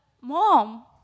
mom